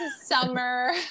summer